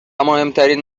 مهمترین